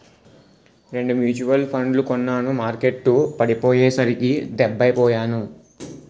రెండు మ్యూచువల్ ఫండ్లు కొన్నాను మార్కెట్టు పడిపోయ్యేసరికి డెబ్బై పొయ్యాను